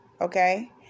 okay